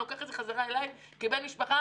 אני לוקח את זה בחזרה אליי כבן משפחה,